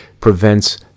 prevents